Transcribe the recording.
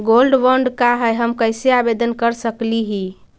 Gold bond का है, हम कैसे आवेदन कर सकली ही?